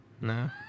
No